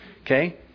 Okay